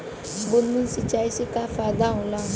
बूंद बूंद सिंचाई से का फायदा होला?